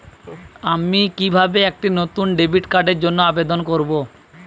আমি কিভাবে একটি নতুন ডেবিট কার্ডের জন্য আবেদন করব?